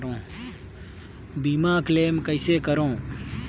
बीमा क्लेम कइसे करों?